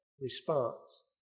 response